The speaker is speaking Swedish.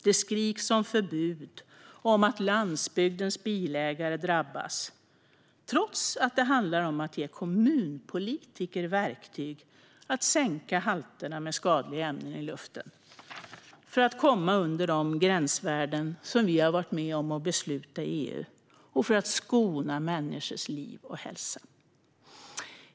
Det skriks om förbud och om att landsbygdens bilägare drabbas trots att det handlar om att ge kommunpolitiker verktyg att sänka halterna av skadliga ämnen i luften för att komma under de gränsvärden vi varit med och beslutat om i EU och för att skona människors liv och hälsa.